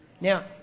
Now